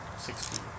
Sixteen